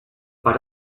but